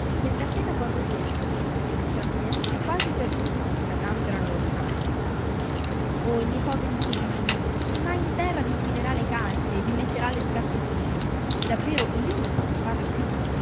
perchè appena guardò giù a suoi piedi le sembrò che gli avesse quasi perduti di vista tanto erano lontani oh i miei poveri piedini chi mai in terra v'infilerà le calze e vi metterà le scarpettine davvero io non potrò farlo più